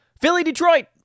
Philly-Detroit